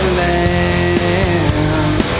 land